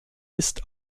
ist